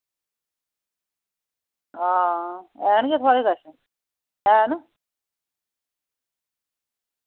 हां हैन केह् थोआड़े कच्छ हैन